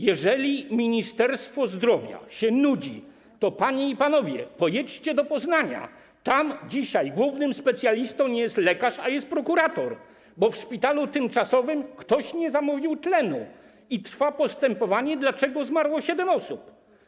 Jeżeli Ministerstwo Zdrowia się nudzi, to - panie i panowie - pojedźcie do Poznania, tam dzisiaj głównym specjalistą nie jest lekarz, a jest prokurator, bo w szpitalu tymczasowym ktoś nie zamówił tlenu i trwa postępowanie, dlaczego zmarło siedem osób.